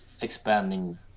expanding